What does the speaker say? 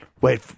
Wait